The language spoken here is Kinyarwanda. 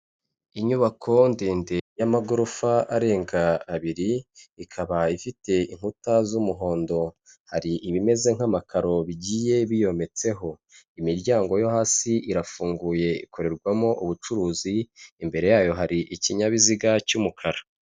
Inyubako ndende y'amagorofa arenga abiri, ikaba ifite inkuta z'umuhondo, hari ibimeze nk'amakaro bigiye biyometseho, imiryango yo hasi irafunguye ikorerwamo ubucuruzi, imbere yayo hari ikinyabiziga cy'umukara.